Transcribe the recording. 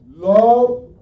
Love